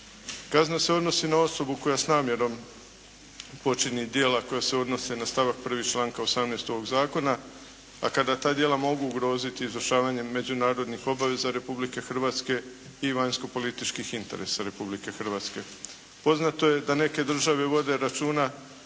Kazna se odnosi na osobu koja s namjerom počini djela koja se odnose na stavak 1. članka 18. ovog zakona, a kada ta djela mogu ugroziti izvršavanje međunarodnih obaveza Republike Hrvatske i vanjskopolitičkih interesa Republike Hrvatske. Poznato je da neke države vode računa